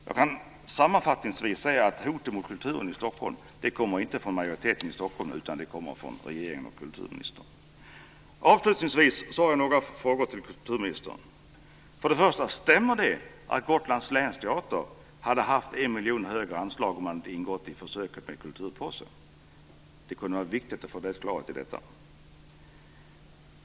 Jag kan sammanfattningsvis säga att hoten mot kulturen i Stockholm kommer inte från majoriteten i Stockholm utan från regeringen och kulturministern. Avslutningsvis har jag några frågor till kulturministern. miljon högre anslag om man hade ingått i försöket med kulturpåse? Det kunde vara viktigt att få klarhet i detta.